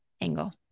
angle